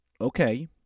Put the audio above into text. Okay